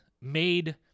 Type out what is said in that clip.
made